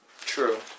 True